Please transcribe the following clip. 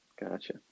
Gotcha